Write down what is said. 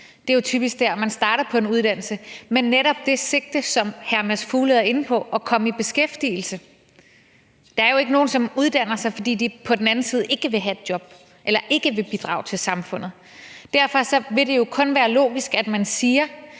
Det er jo typisk der, man starter på en uddannelse med netop det sigte, som hr. Mads Fuglede er inde på, nemlig at komme i beskæftigelse. Der er jo ikke nogen, som uddanner sig, fordi de ikke vil have et job eller ikke vil bidrage til samfundet. Derfor vil det jo kun være logisk, at man siger,